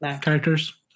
characters